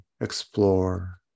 explore